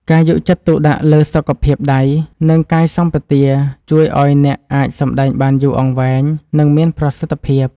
ការយកចិត្តទុកដាក់លើសុខភាពដៃ និង កាយសម្បទាជួយឱ្យអ្នកអាចសម្តែងបានយូរអង្វែង និង មានប្រសិទ្ធភាព។